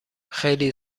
خیلی